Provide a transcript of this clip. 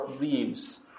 leaves